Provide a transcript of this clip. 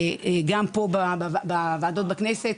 גם פה בוועדת הכנסת,